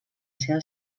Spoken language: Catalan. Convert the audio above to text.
seva